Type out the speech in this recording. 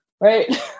right